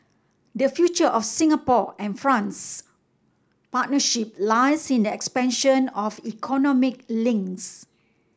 the future of Singapore and France's partnership lies in the expansion of economic links